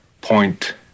point